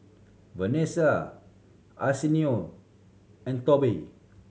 Vanessa Arsenio and Tobi